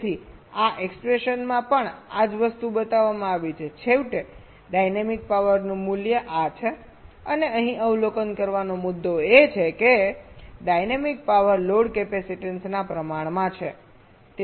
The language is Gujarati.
તેથી આ એક્ષ્પ્રેસનમાં પણ આ જ વસ્તુ બતાવવામાં આવી છે છેવટે ડાયનેમિક પાવરનું મૂલ્ય આ છે અને અહીં અવલોકન કરવાનો મુદ્દો એ છે કે ડાયનેમિક પાવર લોડ કેપેસિટીન્સના પ્રમાણમાં છે